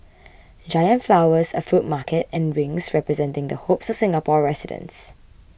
giant flowers a fruit market and rings representing the hopes of Singapore residents